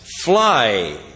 fly